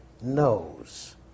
knows